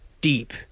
deep